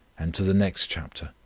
and to the next chapter.